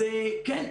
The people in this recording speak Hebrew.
כן,